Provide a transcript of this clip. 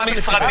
אז,